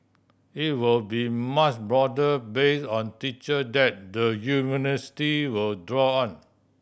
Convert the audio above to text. it will be broader base on teacher that the university will draw on